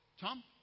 Tom